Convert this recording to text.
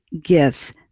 gifts